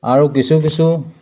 আৰু কিছু কিছু